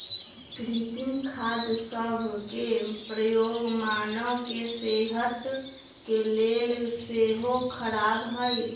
कृत्रिम खाद सभ के प्रयोग मानव के सेहत के लेल सेहो ख़राब हइ